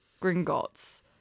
Gringotts